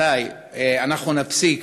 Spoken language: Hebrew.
מתי אנחנו נפסיק